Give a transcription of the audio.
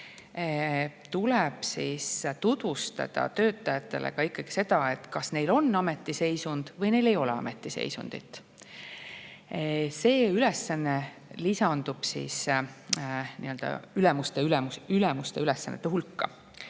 tuleb tutvustada töötajatele, kas neil on ametiseisund või neil ei ole ametiseisundit. See ülesanne lisandub ülemuste ülesannete hulka.